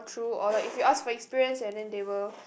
true or like if you ask for experience and then they will